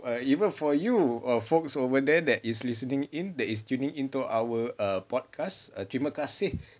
err even for you err folks over there that is listening in that is tuning into our err podcast terima kasih